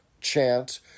chant